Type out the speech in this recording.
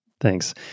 Thanks